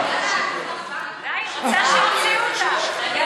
די, היא רוצה שיוציאו אותה.